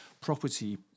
property